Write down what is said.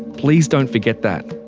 please don't forget that.